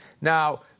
Now